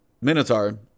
Minotaur